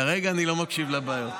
כרגע אני לא מקשיב לבעיות.